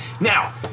now